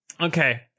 Okay